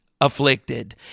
afflicted